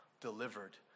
delivered